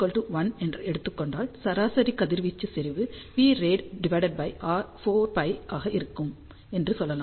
r1 என எடுத்துக் கொண்டால் சராசரி கதிர்வீச்சு செறிவு Prad 4π ஆக இருக்கும் என்று சொல்லலாம்